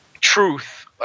truth